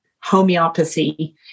homeopathy